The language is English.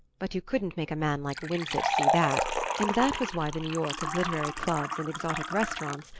but you couldn't make a man like winsett see that and that was why the new york of literary clubs and exotic restaurants,